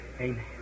amen